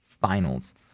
Finals